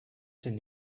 zen